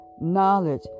knowledge